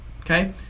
Okay